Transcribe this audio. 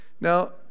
Now